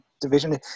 division